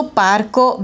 parco